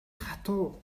хатуу